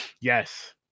yes